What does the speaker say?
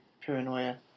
paranoia